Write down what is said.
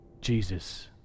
Jesus